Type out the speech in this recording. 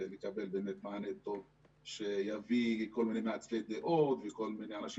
ונקבל מענה טוב שיביא כל מיני מעצבי דעות וכל מיני אנשים